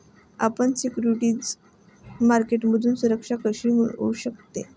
आपण सिक्युरिटीज मार्केटमधून सुरक्षा कशी मिळवू शकता?